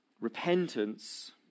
Repentance